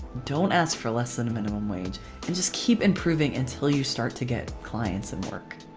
don't ask for less than um and and um wage and just keep improving until you start to get clients and work.